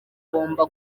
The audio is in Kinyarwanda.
agomba